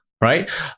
right